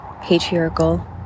patriarchal